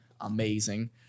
amazing